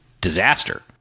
disaster